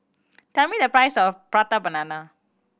tell me the price of Prata Banana